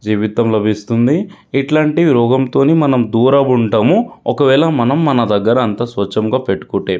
జీవితం లభిస్తుంది ఇట్లాంటి రోగంతో మనం దూరంగా ఉంటాము ఒకవేళ మనం మన దగ్గర అంతా స్వచ్ఛంగా పెట్టుకుంటే